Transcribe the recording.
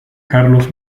carlos